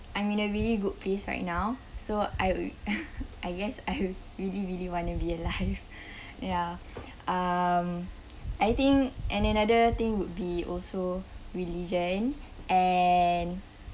I'm in a really good place right now so I I guess I really really wanna be alive ya um I think and another thing would be also religion and